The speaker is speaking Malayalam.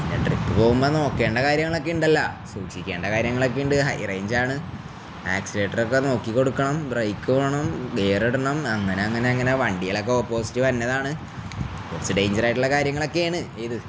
പിന്നെ ട്രിപ്പ് പോവുമ്പോ നോക്കേണ്ട കാര്യങ്ങളൊക്കെ ഇണ്ടല്ല സൂക്ഷിക്കേണ്ട കാര്യങ്ങളൊക്കെ ഇണ്ട് ഹൈ റേഞ്ചാണ് ആക്സിലേറ്ററൊക്കെ നോക്കി കൊടുക്കണം ബ്രേക്ക് വണം ഗിയറി ഇടണം അങ്ങനെ അങ്ങനെ അങ്ങനെ വണ്ടിലൊക്കെ ഓപ്പോസിറ്റ്് വന്നതാണ് കൊറച്ച് ഡെയിഞ്ചറായിട്ടുള്ള കാര്യങ്ങളൊക്കെയണ് ഏത്